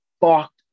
fucked